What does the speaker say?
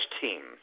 team